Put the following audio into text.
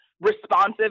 responsive